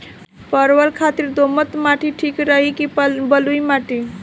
परवल खातिर दोमट माटी ठीक रही कि बलुआ माटी?